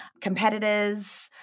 Competitors